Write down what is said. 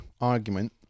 argument